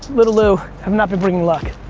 little lou, have not been bringing luck.